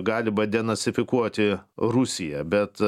galima denacifikuoti rusiją bet